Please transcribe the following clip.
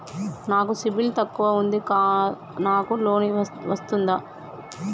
నాకు సిబిల్ తక్కువ ఉంది నాకు లోన్ వస్తుందా?